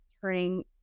turning